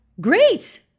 great